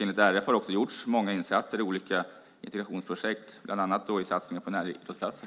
Enligt RF har det gjorts många insatser i olika integrationsprojekt, bland annat satsningar på näridrottsplatser.